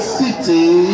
city